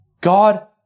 God